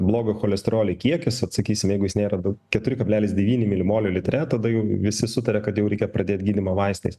blogo cholesterolio kiekis at sakysim jeigu jis nėra keturi kablelis devyni milimolio litre tada jau visi sutaria kad jau reikia pradėt gydymą vaistais